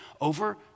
over